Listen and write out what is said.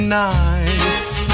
nights